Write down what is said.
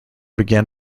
began